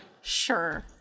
Sure